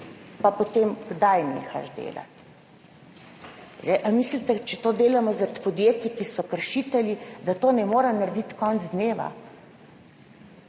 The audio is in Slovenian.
pa potem kdaj nehamo delati. Ali mislite, če to delamo zaradi podjetij, ki so kršitelji, da tega ne morejo narediti konec dneva?